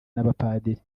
n’abapadiri